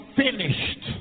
finished